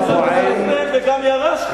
גם רצחתם וגם ירשתם.